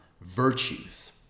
virtues